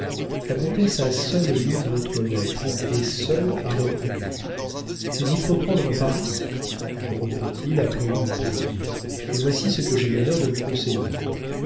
la comtesse a seule lu votre lettre et seule a répondu mais il faut prendre un parti reprit-il après une pause et voici ce que j'ai l'honneur de vous conseiller